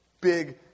Big